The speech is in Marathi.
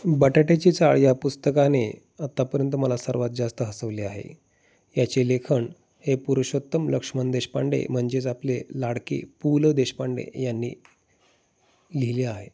बटाट्याची चाळ या पुस्तकाने आत्तापर्यंत मला सर्वात जास्त हसवले आहे याचे लेखन हे पुरुषोत्तम लक्ष्मण देशपांडे म्हणजेच आपले लाडके पु ल देशपांडे यांनी लिहिले आहे